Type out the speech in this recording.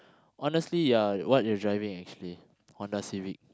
honestly ah what you driving actually Honda-Civic